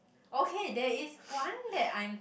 okay there is one that I'm